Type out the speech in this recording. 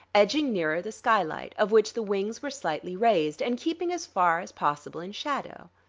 edging nearer the skylight, of which the wings were slightly raised, and keeping as far as possible in shadow.